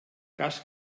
cas